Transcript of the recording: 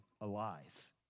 alive